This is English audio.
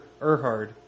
Erhard